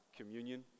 communion